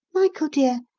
michael, dear,